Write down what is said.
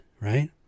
right